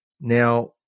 Now